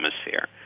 atmosphere